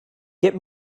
get